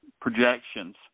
projections